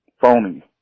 phony